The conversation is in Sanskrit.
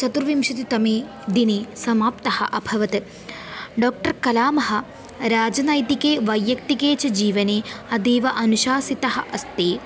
चतुर्विंशतितमे दिने समाप्तः अभवत् डोक्टर् कलामः राजनैतिके वैयक्तिके च जीवने अतीव अनुशासितः अस्ति